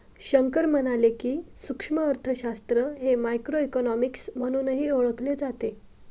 शंकर म्हणाले की, सूक्ष्म अर्थशास्त्र हे मायक्रोइकॉनॉमिक्स म्हणूनही ओळखले जाते